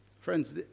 Friends